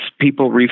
people